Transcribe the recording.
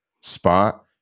spot